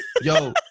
Yo